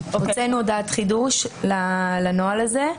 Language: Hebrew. הוצאנו הודעת חידוש לנוהל הזה.